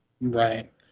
Right